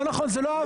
לא נכון זה לא עוול,